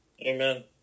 Amen